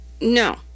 no